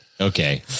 Okay